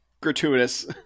gratuitous